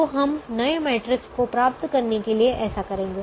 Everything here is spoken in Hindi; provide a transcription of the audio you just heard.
तो हम नए मैट्रिक्स को प्राप्त करने के लिए ऐसा करेंगे